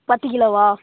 பத்து கிலோவா